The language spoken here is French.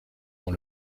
dans